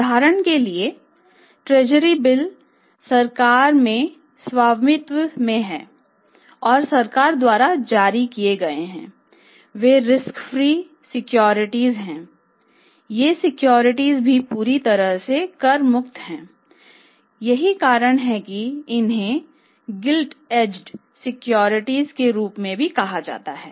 उदाहरण के लिए ट्रेजरी बिल सिक्योरिटीज के रूप में भी कहा जाता है